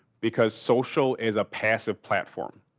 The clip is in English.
because social is a passive platform,